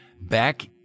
back